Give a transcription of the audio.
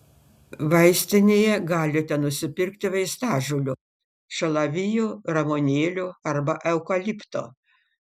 vaistinėje galite nusipirkti vaistažolių šalavijo ramunėlių arba eukalipto